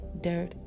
dirt